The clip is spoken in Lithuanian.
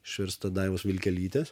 išversta daivos vilkelytės